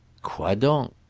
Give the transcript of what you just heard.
quoi donc?